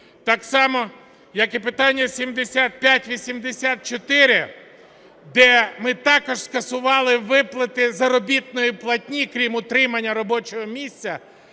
так само як і питання 7584, де ми також скасували виплати заробітної платні, крім утримання робочого місця